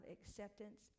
Acceptance